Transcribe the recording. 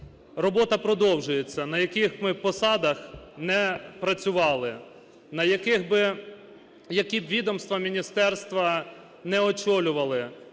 робота продовжується, на яких ми посадах ми не працювали б, які б відомства, міністерства не очолювали.